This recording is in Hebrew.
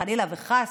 חלילה וחס,